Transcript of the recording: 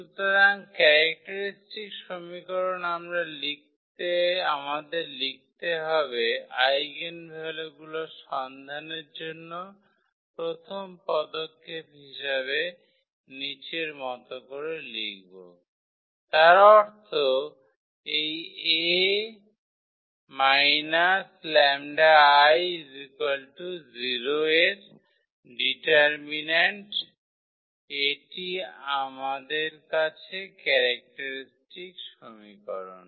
সুতরাং ক্যারেক্টারিস্টিক সমীকরণ আমাদের লিখতে হবে আইগেনভ্যালুগুলি সন্ধানের জন্য প্রথম পদক্ষেপ হিসাবে নীচের মত করে লিখব তার অর্থ এই 𝐴 𝜆𝐼 0 এর ডিটারমিন্যান্ট এটি আমাদের কাছে ক্যারেক্টারিস্টিক সমীকরণ